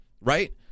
Right